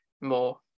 more